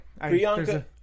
Priyanka